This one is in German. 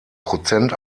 prozent